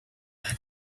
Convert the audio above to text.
money